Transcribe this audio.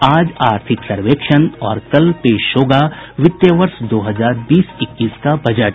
आज आर्थिक सर्वेक्षण और कल पेश होगा वित्तीय वर्ष दो हजार बीस इक्कीस का बजट